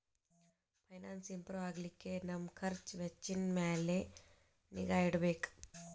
finance improve ಆಗ್ಲಿಕ್ಕೆ ನಮ್ ಖರ್ಛ್ ವೆಚ್ಚಿನ್ ಮ್ಯಾಲೆ ನಿಗಾ ಇಡ್ಬೆಕ್